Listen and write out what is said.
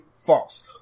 false